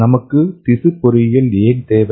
நமக்கு திசு பொறியியல் ஏன் தேவை